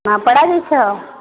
ନୂଆପଡ଼ା ବିଷ